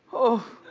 oh